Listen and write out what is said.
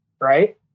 right